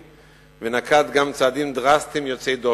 ונקט גם צעדים דרסטיים יוצאי דופן,